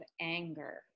anger